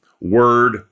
word